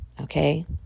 okay